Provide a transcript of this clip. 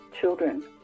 children